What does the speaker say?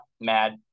mad